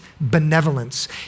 benevolence